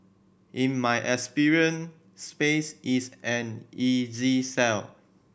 in my experience space is an easy sell